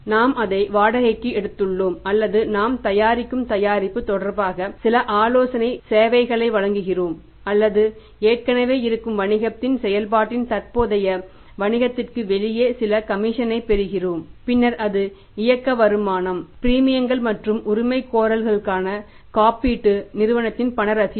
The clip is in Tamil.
நாம் அதை வாடகைக்கு எடுத்துள்ளோம் அல்லது நாம் தயாரிக்கும் தயாரிப்பு தொடர்பாக சில ஆலோசனை சேவைகளை வழங்குகிறோம் அல்லது ஏற்கனவே இருக்கும் வணிகத்தின் செயல்பாட்டின் தற்போதைய வணிகத்திற்கு வெளியே சில கமிஷனைப் பெறுகிறோம் பின்னர் அது இயக்க வருமானம் பிரீமியங்கள் மற்றும் உரிமைகோரல்களுக்கான காப்பீட்டு நிறுவனத்தின் பண ரசீதுகள்